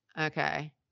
Okay